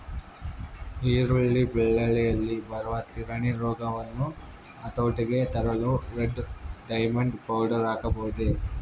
ಈರುಳ್ಳಿ ಬೆಳೆಯಲ್ಲಿ ಬರುವ ತಿರಣಿ ರೋಗವನ್ನು ಹತೋಟಿಗೆ ತರಲು ರೆಡ್ ಡೈಮಂಡ್ ಪೌಡರ್ ಹಾಕಬಹುದೇ?